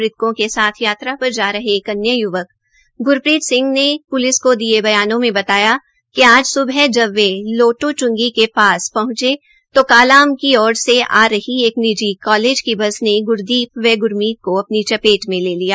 मृतकों के साथ यात्रा पर जा रहे एक अन्य युवक ग्रप्रीत सिंह ने पुलिस को दिये बयानों मे बताया कि आज सुबह जब वे लौटो च्ंगी के पास पहुंचे तो कालाअंब की ओर से आ रही एक निजी कालेज की बस ने ग्रदीप व ग्रदीप को अपनी चपेट में ले लिया